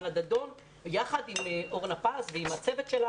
אנה דדון יחד עם אורנה פז ועם הצוות שלה